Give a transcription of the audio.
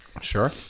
Sure